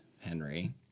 Henry